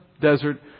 desert